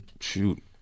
Shoot